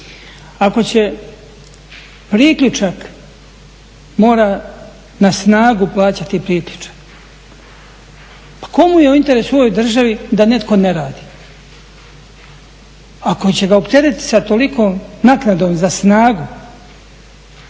Ako će priključak, mora na snagu plaćati priključak. Pa kome je u interesu u ovoj državi da netko ne radi? Ako će ga opteretiti sa tolikom naknadom za snagu